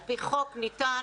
על פי חוק, ניתן